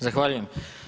Zahvaljujem.